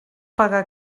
paga